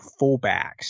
fullbacks